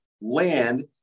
land